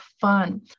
fun